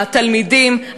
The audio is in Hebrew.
התלמידים,